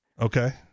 Okay